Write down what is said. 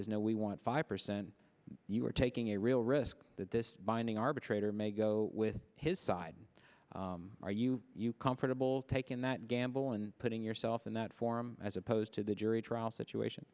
says no we want five percent you are taking a real risk that this binding arbitrator may go with his side are you portable taking that gamble and putting yourself in that form as opposed to the jury trial situation